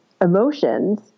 emotions